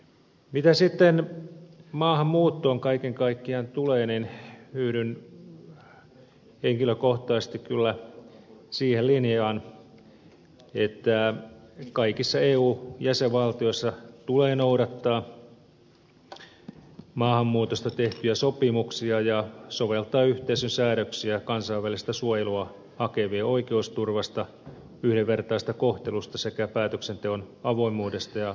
mitä sitten maahanmuuttoon kaiken kaikkiaan tulee niin yhdyn henkilökohtaisesti kyllä siihen linjaan että kaikissa eu jäsenvaltioissa tulee noudattaa maahanmuutosta tehtyjä sopimuksia ja soveltaa yhteisön säädöksiä kansainvälistä suojelua hakevien oikeusturvasta yhdenvertaisesta kohtelusta sekä päätöksenteon avoimuudesta ja ennakoitavuudesta